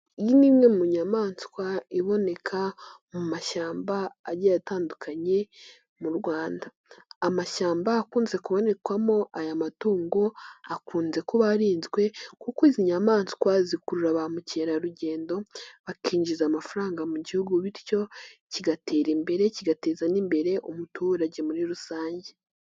Iyi ni imwe mu nyamaswa iboneka mu mashyamba agiye atandukanye mu Rwanda, amashyamba akunze kubonekamo aya matungo akunze kuba arinzwe kuko izi nyamaswa zikurura ba mukerarugendo bakinjiza amafaranga mu gihugu bityo kigatera imbere kigateza n'imbere umuturage muri rusange.